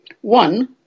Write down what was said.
One